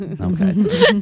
okay